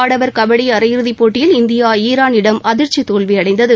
ஆடவர் கபடி அரை இறதிப் போட்டியில் இந்தியா ஈரானிடம் அதிர்ச்சி தோல்வியடைந்தது